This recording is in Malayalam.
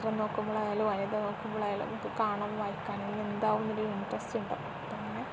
ചിത്രം നോക്കുമ്പോഴായാലും വനിത നോക്കുമ്പോഴായാലും നമുക്ക് കാണാൻ വായിക്കാനാണെങ്കിൽ എന്താവും എന്നൊരു ഇൻട്രസ്റ്റ് ഉണ്ടാവും പിന്നെ